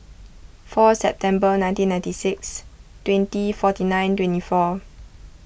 fourth September nineteen ninety six twenty forty nine twenty four